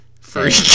freak